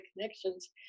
connections